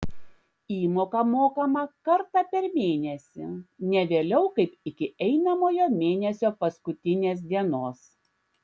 įmoka mokama kartą per mėnesį ne vėliau kaip iki einamojo mėnesio paskutinės dienos